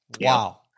Wow